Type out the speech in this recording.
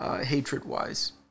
hatred-wise